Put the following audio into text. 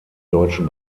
deutschen